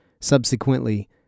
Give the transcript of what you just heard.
Subsequently